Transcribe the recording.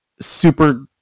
super